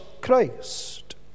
Christ